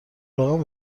روغن